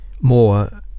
More